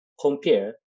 compare